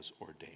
ordained